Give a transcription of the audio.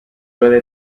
really